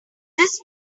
this